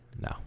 No